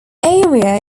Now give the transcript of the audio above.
area